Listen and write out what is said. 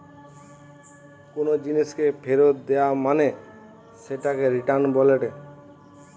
কোনো জিনিসকে ফেরত দেয়া মানে সেটাকে রিটার্ন বলেটে